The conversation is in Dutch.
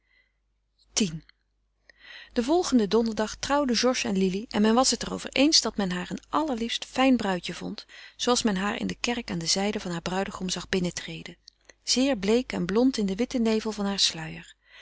x den volgenden donderdag trouwden georges en lili en men was het er over eens dat men haar een allerliefst fijn bruidje vond zoo als men haar in de kerk aan de zijde van haar bruidegom zag binnentreden zeer bleek en blond in den witten nevel van haar sluier